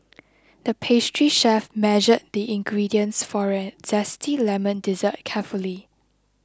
the pastry chef measured the ingredients for a Zesty Lemon Dessert carefully